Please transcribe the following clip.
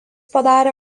padarė